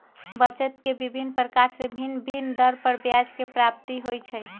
बचत के विभिन्न प्रकार से भिन्न भिन्न दर पर ब्याज के प्राप्ति होइ छइ